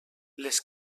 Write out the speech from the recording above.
les